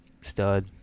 Stud